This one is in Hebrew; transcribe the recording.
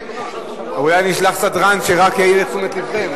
אולי אני אשלח סדרן שרק יעיר לתשומת לבכם.